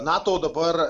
nato dabar